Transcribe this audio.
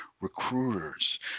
recruiters